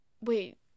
Wait